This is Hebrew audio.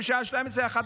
בשעה 12:00,